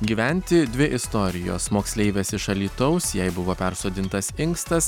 gyventi dvi istorijos moksleivės iš alytaus jai buvo persodintas inkstas